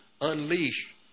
unleash